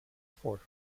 fourth